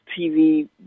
TV